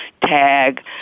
tag